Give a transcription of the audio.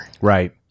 Right